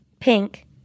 Pink